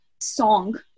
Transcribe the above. song